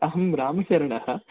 अहं रामशरणः